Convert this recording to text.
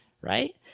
Right